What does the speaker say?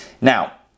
Now